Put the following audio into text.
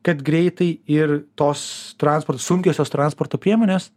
kad greitai ir tos transporto sunkiosios transporto priemonės